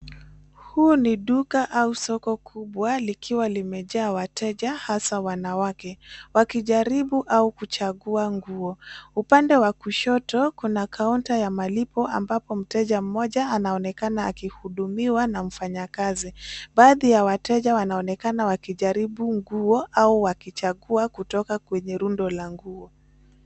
Hili ni duka au soko kubwa likiwa limejaa wateja hasa wanawake, wakijaribu au kuchagua nguo. Upande wa kushoto kuna kaunta ya malipo ambapo mteja mmoja anaonekana akihudumiwa na mfanya kazi. Baadhi ya wateja wanaonekana wakijaribu nguo au wakichagua kutoka kwenye rundo la nguo.